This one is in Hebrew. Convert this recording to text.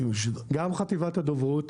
גם חטיבת הדוברות,